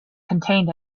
contained